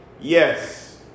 yes